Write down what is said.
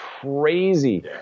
crazy